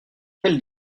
quelle